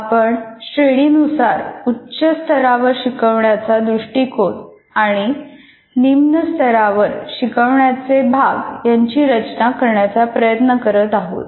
आपण श्रेणीनुसार उच्च स्तरावर शिकवण्याचा दृष्टीकोण आणि निम्नस्तरावर शिकवण्याचे भाग यांची रचना करण्याचा प्रयत्न करत आहोत